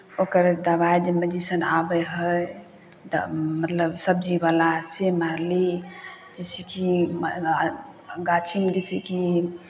ओकर दबाइ जे मेडिसिन आबै हइ तऽ मतलब सब्जीवला से मारली जैसेकि गाछीमे जैसेकि